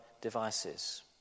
devices